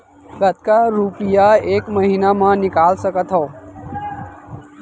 कतका रुपिया एक महीना म निकाल सकथव?